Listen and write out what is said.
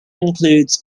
includes